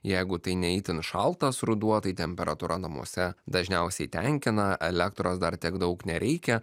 jeigu tai ne itin šaltas ruduo tai temperatūra namuose dažniausiai tenkina elektros dar tiek daug nereikia